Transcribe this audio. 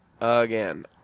again